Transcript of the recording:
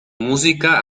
música